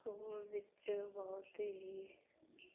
school ਵਿੱਚ ਬਹੁਤ ਹੀ